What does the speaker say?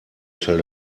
tell